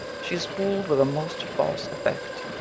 she is fool'd with a most false effect